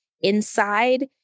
inside